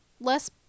less